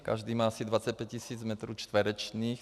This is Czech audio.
Každý má asi 25 tisíc metrů čtverečních.